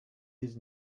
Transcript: his